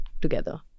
together